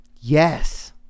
Yes